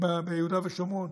ביהודה ושומרון.